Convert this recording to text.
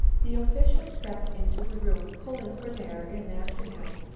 the official stepped into the room, pulling berner in after him.